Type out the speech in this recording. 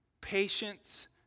patience